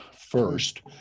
first